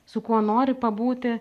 su kuo nori pabūti